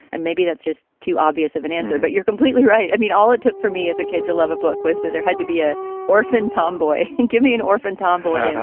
and maybe that's just too obvious of an answer. but you're completely right. i mean, all it took for me as a kid to love a book was that there had to be a orphaned tomboy give me an orphan tomboy.